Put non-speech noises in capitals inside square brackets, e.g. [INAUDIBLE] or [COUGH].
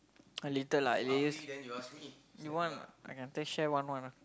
[NOISE] I later lah I lazy you want or not I can tear share one one ah